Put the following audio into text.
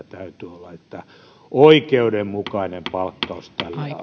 täytyy olla että tulee oikeudenmukainen palkkaus